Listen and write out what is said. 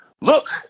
look